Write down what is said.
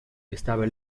estaba